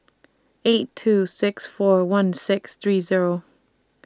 eight two six four one six three Zero